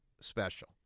special